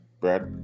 Brad